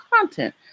content